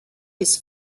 his